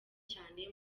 cyane